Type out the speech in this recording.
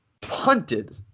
punted